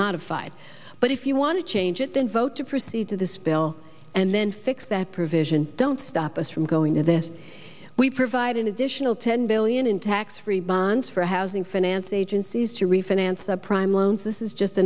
modified but if you want to change it then vote to proceed to this bill and then fix that provision don't stop us from going to this we provide an additional ten billion in tax free bonds for housing finance agencies to refinance the prime loans this is just